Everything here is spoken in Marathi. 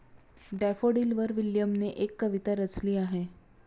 डॅफोडिलवर विल्यमने एक कविता रचली आहे